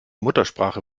muttersprache